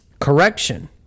correction